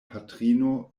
patrino